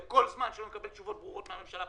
זה כל עוד לא יינתנו תשובות ברורות מהממשלה,